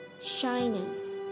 shyness